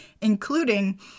including